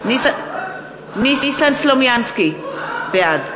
ניסן סלומינסקי, בעד